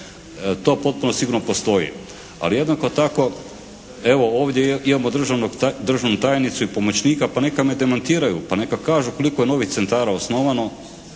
to potpuno sigurno postoji. Ali jednako tako evo ovdje imamo državnu tajnicu i pomoćnika pa neka me demantiraju, pa neka kažu koliko je novih centara osnovano,